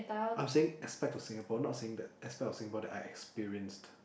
I'm saying aspect of Singapore not saying that aspect of Singapore that I experienced